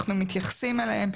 אנחנו מתייחסים אליהן,